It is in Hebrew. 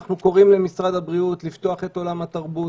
אנחנו קוראים למשרד הבריאות לפתוח את עולם התרבות.